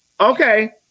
okay